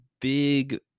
big